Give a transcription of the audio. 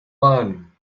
barn